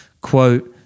quote